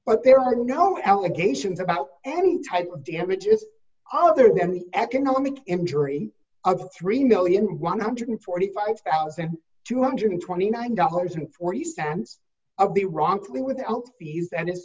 but there are no allegations about any type of damages other than the economic injury of three million one hundred and forty five thousand two hundred and twenty nine dollars and forty cents of the wrongfully without fees and it's